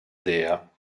dea